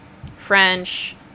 french